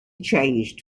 changed